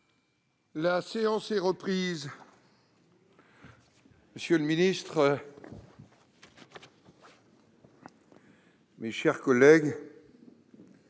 La séance est reprise. Monsieur le ministre, mes chers collègues,